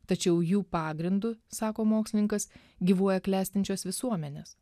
tačiau jų pagrindu sako mokslininkas gyvuoja klestinčios visuomenės